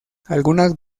algunas